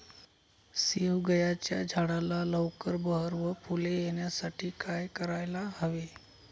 शेवग्याच्या झाडाला लवकर बहर व फूले येण्यासाठी काय करायला हवे?